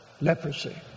Leprosy